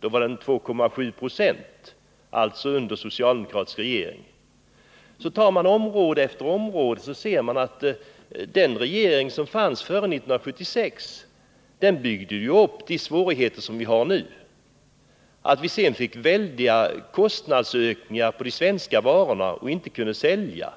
då den var 2,7 Ze — alltså under socialdemokratisk regering. Tar man område efter område ser man att den regering som satt före 1976 byggde upp de svårigheter vi har nu. Vi fick sedan väldiga kostnadsökningar på de svenska varorna och kunde inte sälja.